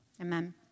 amen